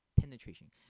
penetration